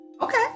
okay